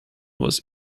was